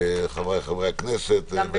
חבריי חברי הכנסת.